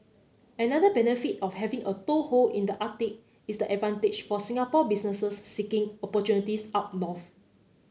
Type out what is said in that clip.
another benefit of having a toehold in the Arctic is the advantage for Singapore businesses seeking opportunities up north